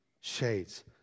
Shades